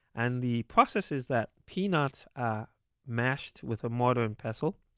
and the process is that peanuts are mashed with a mortar and pestle,